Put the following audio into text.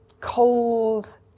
cold